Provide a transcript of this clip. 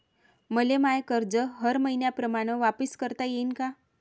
मले माय कर्ज हर मईन्याप्रमाणं वापिस करता येईन का?